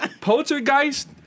Poltergeist